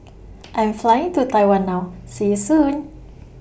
I Am Flying to Taiwan now See YOU Soon